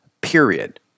period